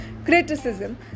Criticism